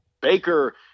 Baker